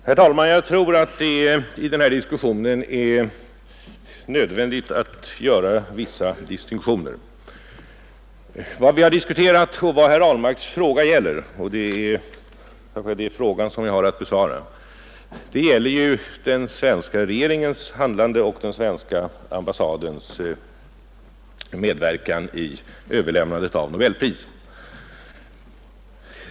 Herr talman! Det är i denna diskussion nödvändigt att göra vissa distinktioner. Vad som har diskuterats i den allmänna debatten och vad herr Ahlmarks fråga gäller — och det är herr Ahlmarks fråga som jag har att besvara — är ju den svenska regeringens handlande och den svenska ambassadens medverkan i överlämnandet av nobelpris.